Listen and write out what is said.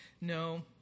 No